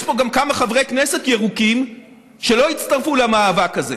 יש פה גם כמה חברי כנסת ירוקים שלא הצטרפו למאבק הזה,